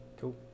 cool